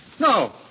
No